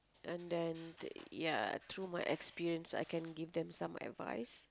and then ya through my experience I can give them some advice